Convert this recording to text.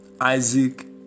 Isaac